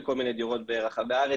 לכל מיני דירות ברחבי הארץ,